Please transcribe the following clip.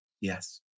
Yes